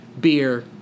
beer